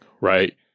right